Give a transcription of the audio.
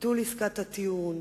ביטול עסקת הטיעון